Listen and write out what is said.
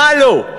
מה לא?